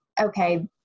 okay